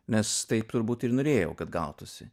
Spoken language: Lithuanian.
nes taip turbūt ir norėjau kad gautųsi